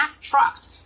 trucked